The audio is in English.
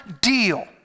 deal